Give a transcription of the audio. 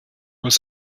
was